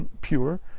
pure